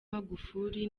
magufuli